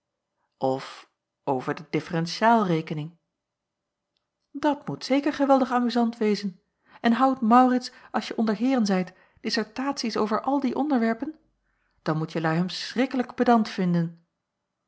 of over de differentiaal rekening dat moet zeker geweldig amuzant wezen en houdt maurits als je onder heeren zijt dissertaties over al die onderwerpen dan moet jelui hem schrikkelijk pedant vinden